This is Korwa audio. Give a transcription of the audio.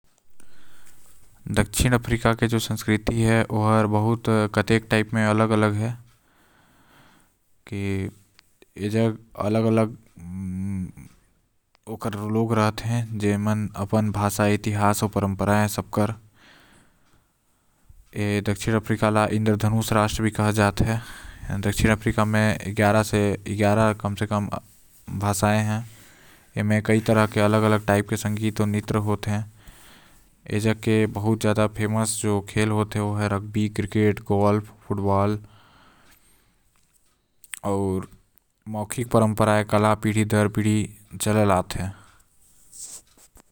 दक्षिण अफ्रीका के जो संस्कृति है ओ हार कतेक झर म बहुत अलग अलग है। दक्षिण अफ्रीका ल इंद्रधनुष राज्य भी माना जाते आऊ साथ हही म यहां बहुत सारे अलग अलग धर्म के लोग भी होते। आऊ एजआग भी अलग अलग प्रकार के संगीत आऊ नृत्य भी होते।